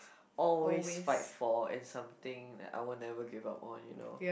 always fight for and something that I will never give up on you know